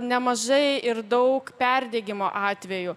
nemažai ir daug perdegimo atvejų